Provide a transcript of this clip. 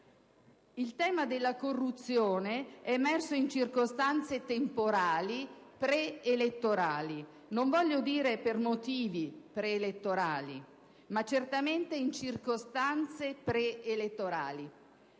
Il tema della corruzione è emerso in circostanze temporali pre-elettorali: non voglio dire per motivi pre-elettorali, ma certamente in circostanze pre-elettorali.